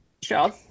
job